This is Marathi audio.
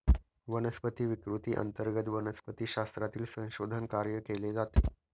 वनस्पती विकृती अंतर्गत वनस्पतिशास्त्रातील संशोधन कार्य केले जाते